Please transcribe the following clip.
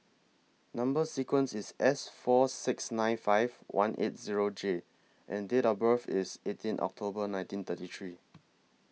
Number sequence IS S four six nine five one eight Zero J and Date of birth IS eighteen October nineteen thirty three